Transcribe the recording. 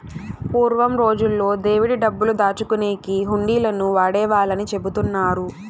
పూర్వం రోజుల్లో దేవుడి డబ్బులు దాచుకునేకి హుండీలను వాడేవాళ్ళని చెబుతున్నారు